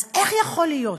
אז איך יכול להיות